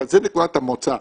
זו נקודת המוצא,